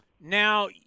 Now